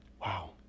Wow